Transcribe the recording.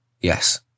Yes